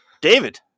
David